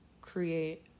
create